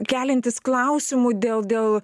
keliantis klausimų dėl dėl